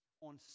on